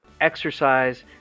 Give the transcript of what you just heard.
exercise